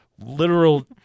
Literal